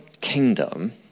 kingdom